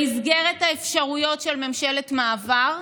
במסגרת האפשרויות של ממשלת מעבר,